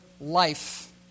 life